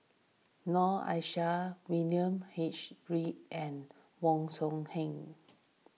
Noor Aishah William H Read and Wong Song Huen